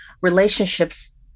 relationships